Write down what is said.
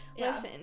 Listen